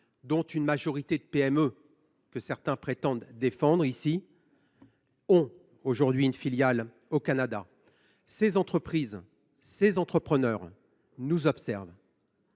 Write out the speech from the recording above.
dont une majorité de PME, que certains prétendent ici défendre, ont aujourd’hui une filiale au Canada. Ces entreprises, ces entrepreneurs nous observent.